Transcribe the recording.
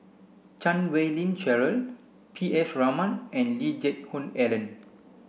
Chan Wei Ling Cheryl P S Raman and Lee Geck Hoon Ellen